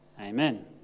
Amen